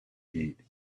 eat